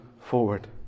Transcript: forward